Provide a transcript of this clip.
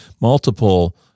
multiple